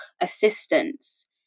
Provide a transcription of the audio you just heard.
assistance